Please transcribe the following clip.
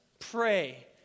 Pray